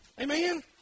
Amen